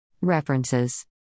References